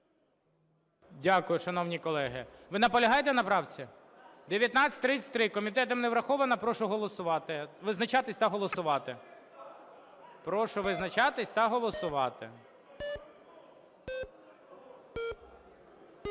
Дякую, шановні колеги. Ви наполягаєте на правці? 1933. Комітетом не врахована, прошу визначатись та голосувати. Прошу визначатись та голосувати.